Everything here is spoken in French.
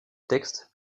texte